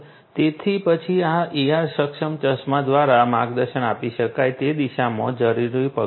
તેથી પછી આ AR સક્ષમ ચશ્મા દ્વારા માર્ગદર્શન આપી શકાય તે દિશામાં જરૂરી પગલાં લેવા